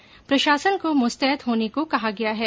और प्रशासन को मुस्तैद होने को कहा है